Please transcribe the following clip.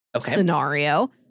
scenario